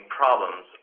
problems